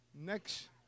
Next